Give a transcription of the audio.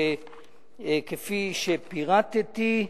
שפירטתי.